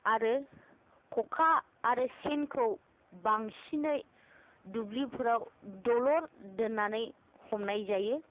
आरो खखा आरो सेनखौ बांसिनै दुब्लिफोराव दलर दोननानै हमनाय जायो